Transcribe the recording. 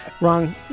Wrong